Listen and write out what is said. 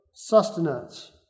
Sustenance